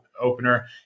opener